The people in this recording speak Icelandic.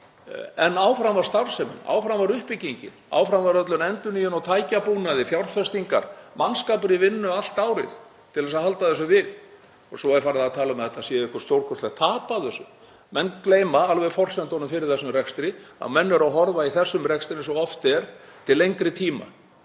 En áfram var starfsemin, áfram var uppbyggingin, áfram var öll endurnýjun á tækjabúnaði, fjárfestingar, mannskapur í vinnu allt árið til að halda þessu við. Svo er farið að tala um að það sé eitthvert stórkostlegt tap af þessu. Menn gleyma alveg forsendunum fyrir þessum rekstri, að menn eru að horfa í þessum rekstri eins og oft er til lengri tíma,